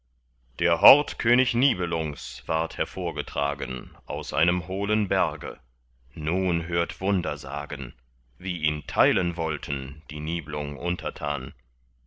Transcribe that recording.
der hort könig nibelungs ward hervorgetragen aus einem hohlen berge nun hört wunder sagen wie ihn teilen wollten die niblung untertan